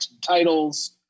titles